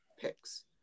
picks